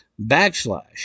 backslash